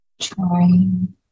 Trying